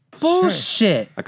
Bullshit